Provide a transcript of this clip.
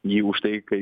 jį už tai kai